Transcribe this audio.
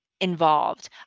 Involved